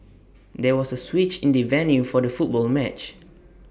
there was A switch in the venue for the football match